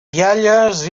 rialles